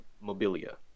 mobilia